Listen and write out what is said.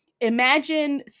imagine